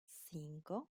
cinco